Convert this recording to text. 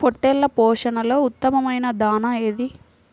పొట్టెళ్ల పోషణలో ఉత్తమమైన దాణా ఏది?